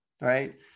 right